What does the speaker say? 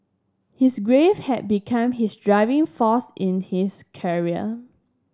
his grief had become his driving force in his career